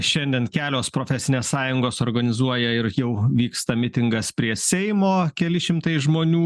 šiandien kelios profesinės sąjungos organizuoja ir jau vyksta mitingas prie seimo keli šimtai žmonių